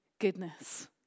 goodness